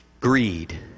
greed